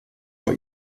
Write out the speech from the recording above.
vor